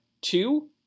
two